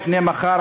לפני מחר,